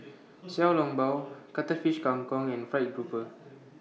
Xiao Long Bao Cuttlefish Kang Kong and Fried Grouper